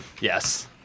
Yes